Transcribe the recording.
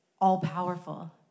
all-powerful